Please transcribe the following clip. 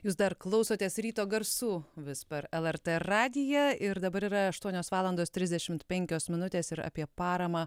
jūs dar klausotės ryto garsų vis per lrt radiją ir dabar yra aštuonios valandos trisdešimt penkios minutės ir apie paramą